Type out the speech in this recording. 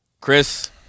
Chris